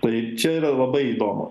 tai čia yra labai įdomu